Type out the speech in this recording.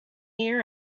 ear